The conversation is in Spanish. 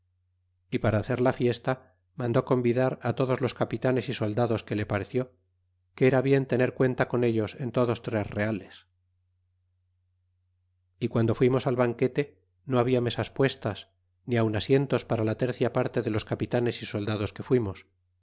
y para hacer la fiesta mandó convidar á todos los capitanes y soldados que le pareció que era bien tener cuenta con ellos en todos tres reales y guando fuimos al banquete no habia mesas puestas ni aun asientos para la tercia parte de los capitanes y soldados que fuimos